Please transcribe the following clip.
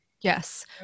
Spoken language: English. Yes